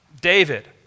David